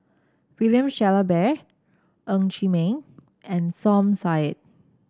William Shellabear Ng Chee Meng and Som Said